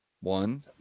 One